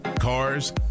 cars